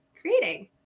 creating